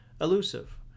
elusive